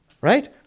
Right